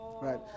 Right